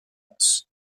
france